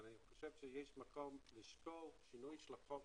אני חושב שיש מקום לשקול שינוי של החוק